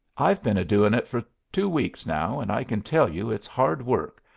i've been a-doing it for two weeks now, and i can tell you it's hard work,